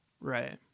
Right